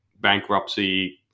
bankruptcy